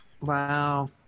Wow